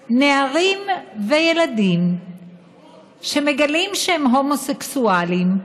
לכך שנערים וילדים שמגלים שהם הומוסקסואלים,